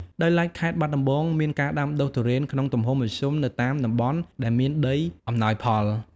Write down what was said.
ដោយឡែកខេត្តបាត់ដំបង មានការដាំដុះទុរេនក្នុងទំហំមធ្យមនៅតាមតំបន់ដែលមានដីអំណោយផល។